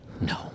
No